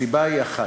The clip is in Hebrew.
הסיבה היא אחת: